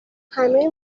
همه